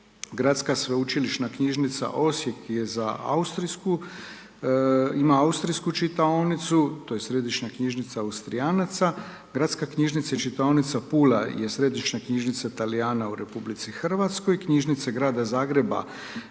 Gradska sveučilišna knjižnica Osijek je za austrijsku ima austrijsku čitaonicu, to je središnja knjižnica Austrijanaca, Gradska knjižnica i čitaonica Pula je središnja knjižnica Talijana u RH, Knjižnice grada Zagreba,